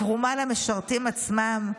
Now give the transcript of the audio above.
תרומה למשרתים עצמם,